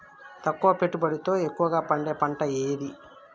తక్కువ పెట్టుబడితో ఎక్కువగా పండే పంట ఏది?